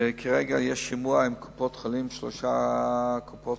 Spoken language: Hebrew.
כרגע יש שימוע לשלוש קופות-חולים.